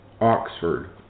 Oxford